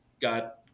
got